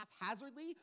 haphazardly